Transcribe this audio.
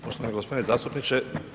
Poštovani gospodine zastupniče.